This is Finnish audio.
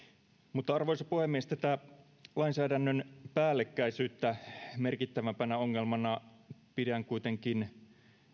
mutta arvoisa puhemies tätä lainsäädännön päällekkäisyyttä merkittävämpänä ongelmana pidän kuitenkin